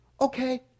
Okay